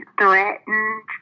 threatened